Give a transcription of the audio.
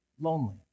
lonely